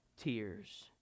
tears